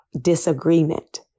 disagreement